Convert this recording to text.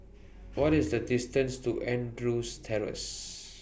What IS The distance to Andrews Terrace